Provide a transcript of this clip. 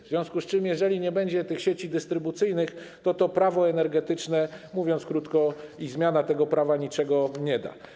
W związku z tym, jeżeli nie będzie tych sieci dystrybucyjnych, to to Prawo energetyczne, mówiąc krótko, i zmiana tego prawa niczego nie dadzą.